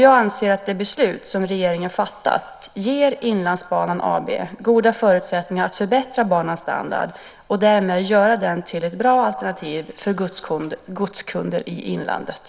Jag anser att det beslut som regeringen fattat ger Inlandsbanan AB goda förutsättningar att förbättra banans standard och därmed göra den till ett bra alternativ för godskunderna i inlandet.